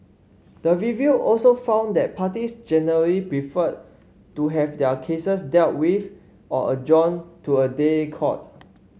the review also found that parties generally preferred to have their cases dealt with or adjourn to a day court